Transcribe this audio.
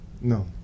No